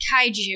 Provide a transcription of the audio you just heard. Kaiju